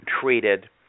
treated